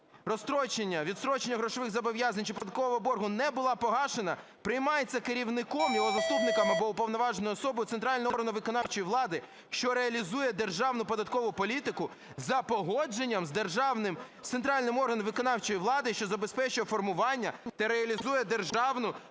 розстрочення (відстрочення) грошових зобов'язань чи податкового боргу не була погашена, приймається керівником, його заступником або уповноваженою особою центрального органу виконавчої влади, що реалізує державну податкову політику за погодженням з центральним органом виконавчої влади, що забезпечує формування та реалізує державну фінансову